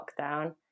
lockdown